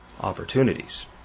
opportunities